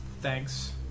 Thanks